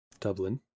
dublin